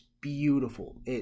beautiful